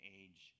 age